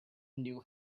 knew